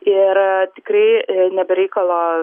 ir tikrai ne be reikalo